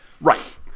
Right